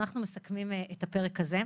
אנחנו מסכמים את הפרק הזה,